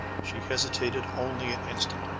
she hesitated only an instant,